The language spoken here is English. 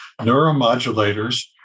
Neuromodulators